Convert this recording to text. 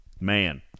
man